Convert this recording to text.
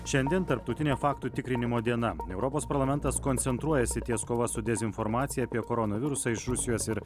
šiandien tarptautinė faktų tikrinimo diena europos parlamentas koncentruojasi ties kova su dezinformacija apie koronavirusą iš rusijos ir